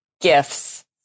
Gifts